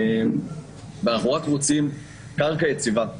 ואנחנו באמת רק רוצים קרקע יציבה.